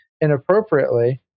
inappropriately